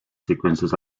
sequences